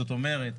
זאת אומרת,